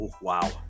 wow